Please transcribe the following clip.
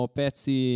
pezzi